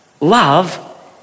Love